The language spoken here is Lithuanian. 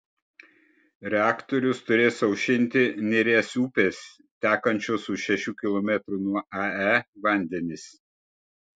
reaktorius turės aušinti neries upės tekančios už šešių kilometrų nuo ae vandenys